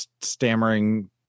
stammering